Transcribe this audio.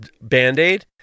Band-Aid